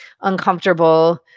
uncomfortable